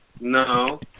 No